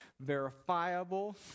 verifiable